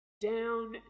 down